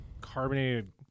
carbonated